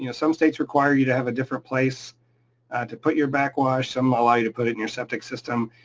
you know some states require you to have a different place and to put your backwash, some allow you to put it in your septic system,